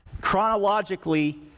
chronologically